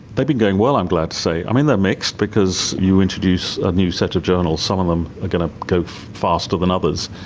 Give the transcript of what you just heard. they've been going well, i'm glad to say. i mean, they are mixed because you introduce a new set of journals, some of them are going to go faster than others.